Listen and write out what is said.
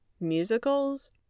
musicals